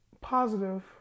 positive